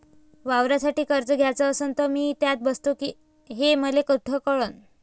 वावरासाठी कर्ज घ्याचं असन तर मी त्यात बसतो हे मले कुठ कळन?